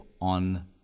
on